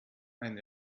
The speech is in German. ein